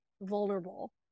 vulnerable